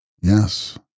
Yes